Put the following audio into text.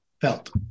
felt